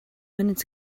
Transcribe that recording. minutes